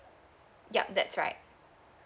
yup that's right